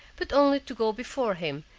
but only to go before him,